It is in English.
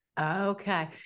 Okay